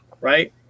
right